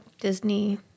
disney